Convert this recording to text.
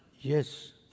Yes